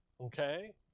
Okay